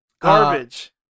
Garbage